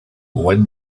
when